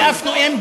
לאף נואם,